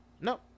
No